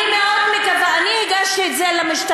אני הגשתי את זה על המשטרה,